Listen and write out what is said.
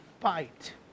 fight